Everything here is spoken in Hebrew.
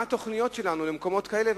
מה התוכניות שלנו למקומות כאלה?